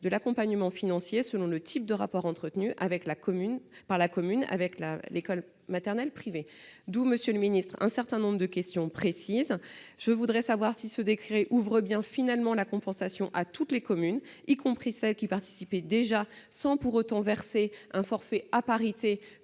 de l'accompagnement financier selon le type de rapport entretenu par la commune avec l'école maternelle privée. » En conséquence, monsieur le ministre, je souhaite vous poser un certain nombre de questions précises. Je voudrais savoir si ce décret ouvre bien finalement la compensation à toutes les communes, y compris à celles qui participaient déjà sans pour autant verser un forfait à parité,